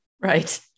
Right